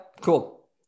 cool